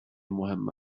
مهم